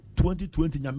2020